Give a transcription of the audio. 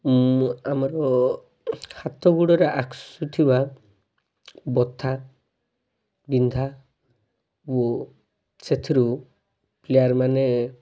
ମୁଁ ଆମର ହାତ ଗୋଡ଼ରେ ଆକ୍ସ ଥିବା ବ୍ୟଥା ବିନ୍ଧା ଓ ସେଥିରୁ ପ୍ଲେୟାରମାନେ